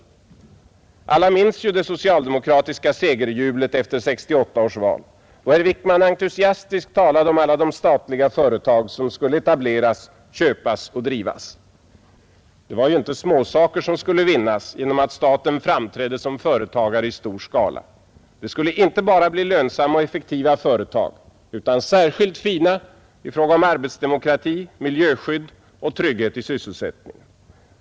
Alla 33 minns vi det socialdemokratiska segerjublet efter 1968 års val, då herr Wickman entusiastiskt talade om alla de statliga företag som skulle etableras, köpas och drivas. Det var inte småsaker som skulle vinnas genom att staten framträdde som företagare i stor skala; företagen skulle inte bara bli lönsamma och effektiva utan också särskilt fina i fråga om arbetsdemokrati, miljöskydd och trygghet i sysselsättning.